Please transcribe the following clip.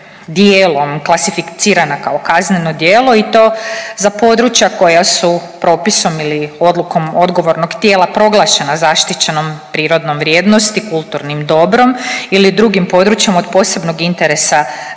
dijelom klasificirana kao kazneno djelo i to za područja koja su propisom ili odlukom odgovornog tijela proglašena zaštićenom prirodnom vrijednosti, kulturnim dobrom ili drugim područjem od posebnog interesa